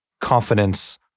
confidence